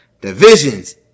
divisions